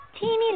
Teeny